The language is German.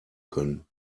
können